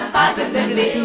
positively